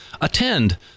Attend